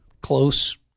close